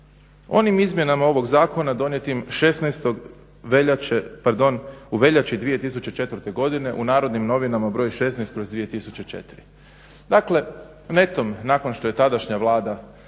onim izmjenama ovog zakona donijetim 16. veljače, pardon u veljači 2004. godine u Narodnim novinama br. 16/2004. Dakle, netom nakon što je tadašnja Vlada